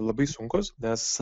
labai sunkus nes